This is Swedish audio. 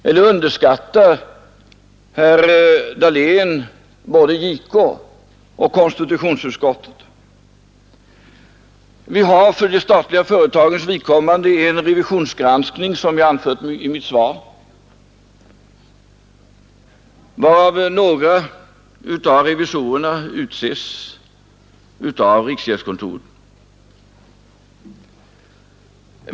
Eller underskattar herr Dahlén både JK och konstitutionsutskottet? Vi har för de statliga företagens vidkommande en revisionsgranskning som jag anfört i mitt svar. Några av revisorerna utses av riksgäldskontoret.